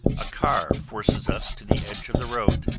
a car forces us to the edge of the road.